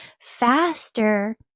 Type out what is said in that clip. faster